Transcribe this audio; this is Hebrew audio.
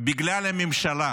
בגלל הממשלה.